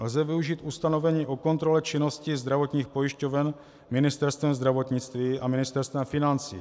Lze využít ustanovení o kontrole činnosti zdravotních pojišťoven Ministerstvem zdravotnictví a Ministerstvem financí.